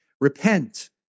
Repent